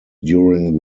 during